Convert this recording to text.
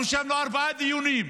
אנחנו ישבנו בארבעה דיונים.